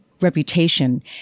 reputation